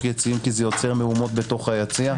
יציעים כי זה יוצר מהומות בתוך היציע.